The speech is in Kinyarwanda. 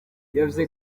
yavuze